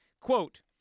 Quote